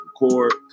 record